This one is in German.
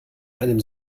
einem